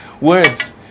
words